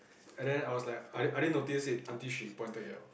and then I was like I I didn't notice it until she pointed it out